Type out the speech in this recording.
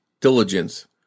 diligence